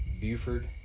Buford